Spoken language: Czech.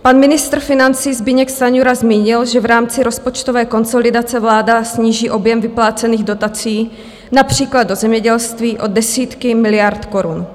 Pan ministr financí Zbyněk Stanjura zmínil, že v rámci rozpočtové konsolidace vláda sníží objem vyplácených dotací například do zemědělství o desítky miliard korun.